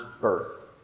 birth